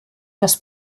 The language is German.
das